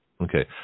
Okay